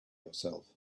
yourself